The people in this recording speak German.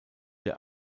der